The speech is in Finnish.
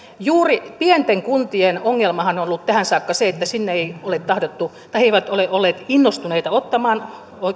juuri pienten kuntien ongelmahan on ollut tähän saakka se että sinne ei ole tahdottu tai he eivät ole olleet innostuneita ottamaan